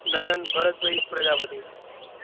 Nayan Bharatbhai Prajapati